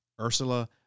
Ursula